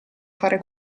fare